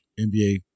NBA